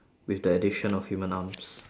with the addition of human arms